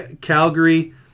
Calgary